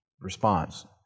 response